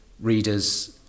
readers